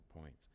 points